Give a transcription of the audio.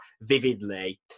vividly